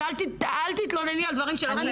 אז אל תתלונני על דברים שלא קיימים.